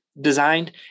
designed